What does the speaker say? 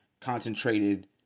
concentrated